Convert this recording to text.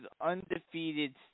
undefeated